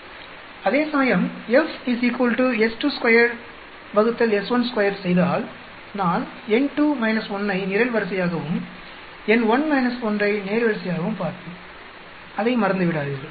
அதேசமயம்நான் F s22s12 செய்தால் நான் n2 1 ஐ நிரல்வரிசையாகவும் n1 1 ஐ நேர்வரிசையாகவும் பார்ப்பேன் அதை மறந்துவிடாதீர்கள்